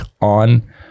on